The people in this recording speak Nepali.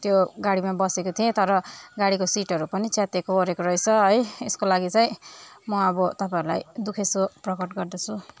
त्यो गाडीमा बसेको थिएँ तर गाडीको सिटहरू पनि च्यातिएको ओरेको रहेछ है यसको लागि चाहिँ म अब तपाईँहरूलाई दुखेसो प्रकट गर्दछु